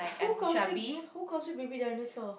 who calls you who calls you baby dinosaur